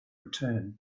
return